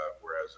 whereas